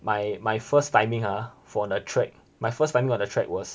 my my first timing !huh! for the track my first timing on the track was